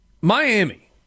Miami